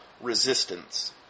resistance